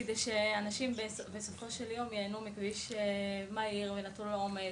כדי שאנשים בסופו של יום ייהנו מכביש מהיר ונטול עומס,